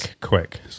quick